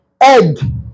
Egg